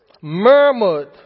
murmured